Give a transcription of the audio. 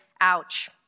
Ouch